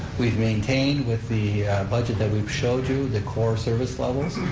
we've maintained with the budget that we've showed you, the core service levels,